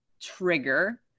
trigger